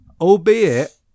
albeit